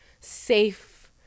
safe